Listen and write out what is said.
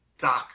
Doc